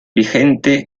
vigente